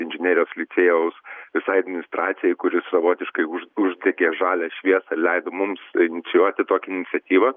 inžinerijos licėjaus visai administracijai kuri savotiškai uždegė žalią šviesą leido mums inicijuoti tokią iniciatyvą